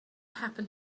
happen